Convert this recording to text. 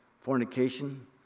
fornication